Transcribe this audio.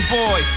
boy